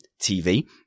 TV